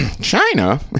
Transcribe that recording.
china